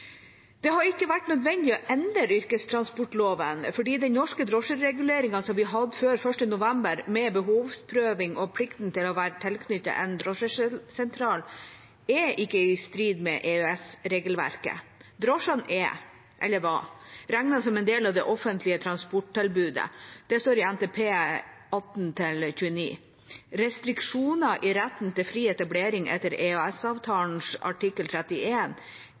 Det hadde ikke vært nødvendig å endre yrkestransportloven, for den norske drosjereguleringen som vi hadde før 1. november, med behovsprøving og plikten til å være tilknyttet en drosjesentral, er ikke i strid med EØS-regelverket. Drosjene er – eller var – regnet som en del av det offentlige transporttilbudet, det står i NTP for 2018–2029. Restriksjoner i retten til fri etablering etter EØS-avtalen artikkel